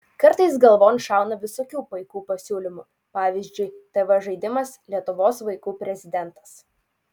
kartais galvon šauna visokių paikų pasiūlymų pavyzdžiui tv žaidimas lietuvos vaikų prezidentas